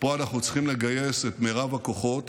פה אנחנו צריכים לגייס את מרב הכוחות,